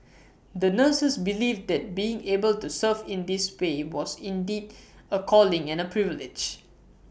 the nurses believed that being able to serve in this way was indeed A calling and A privilege